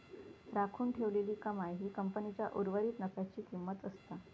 राखून ठेवलेली कमाई ही कंपनीच्या उर्वरीत नफ्याची किंमत असता